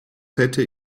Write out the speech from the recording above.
hätte